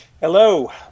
Hello